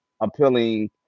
appealing